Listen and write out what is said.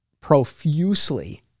profusely